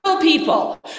people